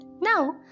Now